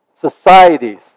Societies